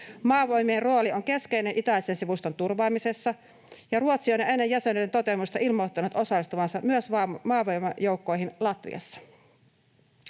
Maavoimien rooli on keskeinen itäisen sivustan turvaamisessa, ja Ruotsi on jo ennen jäsenyyden toteutumista ilmoittanut osallistuvansa myös maavoimajoukkoihin Latviassa.